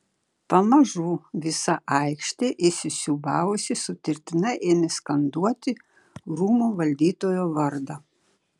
pamažu visa aikštė įsisiūbavusi sutartinai ėmė skanduoti rūmų valdytojo vardą